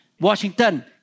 Washington